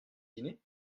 dîner